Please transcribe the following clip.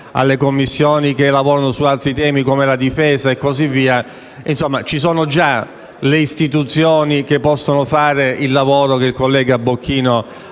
alle Commissioni che lavorano su altri temi, come la difesa e così via. Insomma, ci sono già le istituzioni che possono fare il lavoro che il collega Bocchino